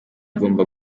igomba